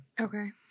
Okay